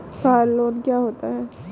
Car loan क्या होता है?